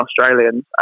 Australians